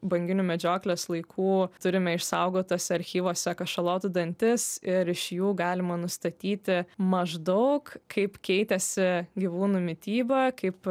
banginių medžioklės laikų turime išsaugotuose archyvuose kašalotų dantis ir iš jų galima nustatyti maždaug kaip keitėsi gyvūnų mityba kaip